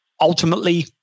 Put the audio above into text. ultimately